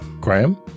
Graham